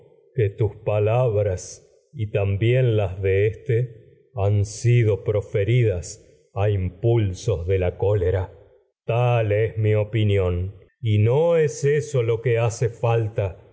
que tus palabras y también de éste mi han sido proferidas a impulsos de la cólera no tal es opinión y es eso lo que hace falta